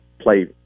play